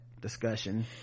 discussion